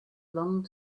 long